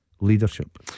leadership